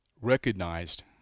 recognized